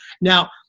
Now